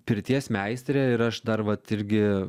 pirties meistrė ir aš dar vat irgi